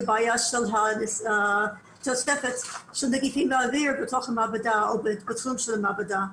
בעיה של תוספת נגיפים לאוויר בתוך המעבדה או בתורים של המעבדה.